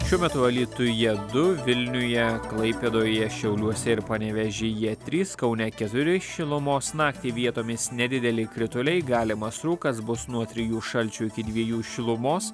šiuo metu alytuje du vilniuje klaipėdoje šiauliuose ir panevėžyje trys kaune keturi šilumos naktį vietomis nedideli krituliai galimas rūkas bus nuo trijų šalčio iki dviejų šilumos